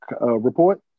report